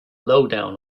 lowdown